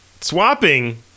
Swapping